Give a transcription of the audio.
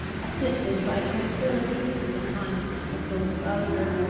assisted by tranquillity and the kindness of those about her,